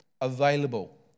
available